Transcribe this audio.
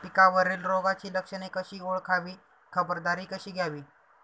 पिकावरील रोगाची लक्षणे कशी ओळखावी, खबरदारी कशी घ्यावी?